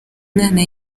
mwana